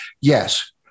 yes